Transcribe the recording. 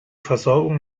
versorgung